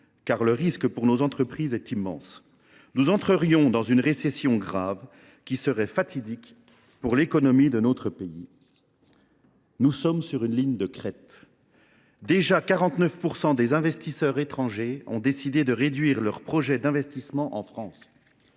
car le risque pour nos entreprises est immense : nous pourrions entrer dans une récession grave qui serait fatidique pour l’économie française. Nous sommes sur une ligne de crête. Quelque 49 % des investisseurs étrangers ont décidé de réduire leurs projets d’investissement en France.